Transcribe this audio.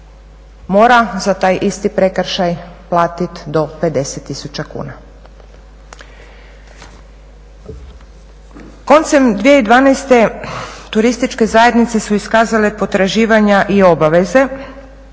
mora za taj isti prekršaj platiti do 50 tisuća kuna. Koncem 2012. turističke zajednice su iskazale potraživanja i obaveze